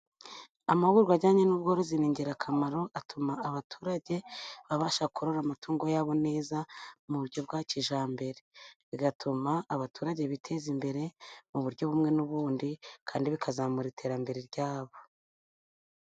Amahugurwa ajyanye n’ubworozi ni ingirakamaro, atuma abaturage babasha korora amatungo yabo neza mu buryo bwa kijyambere. Bigatuma abaturage biteza imbere mu buryo bumwe n’ubundi, kandi bikazamura iterambere ryabo.